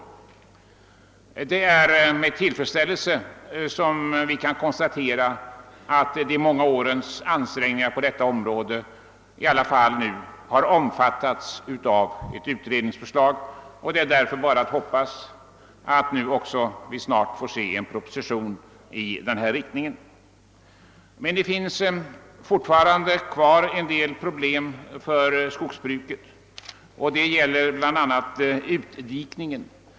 Vi konstaterar med tillfredsställelse att våra mångåriga ansträngningar på detta område nu har utmynnat i ett utredningsförslag, och det är nu bara att hoppas att vi snart får en proposition i ärendet. Men alltjämt finns det kvar en del problem för skogsbruket. Ett sådant problem är utdikningen.